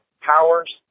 powers